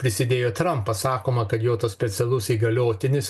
prisidėjo trampas sakoma kad jo tas specialus įgaliotinis